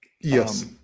Yes